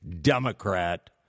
Democrat